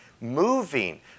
moving